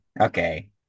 okay